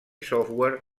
software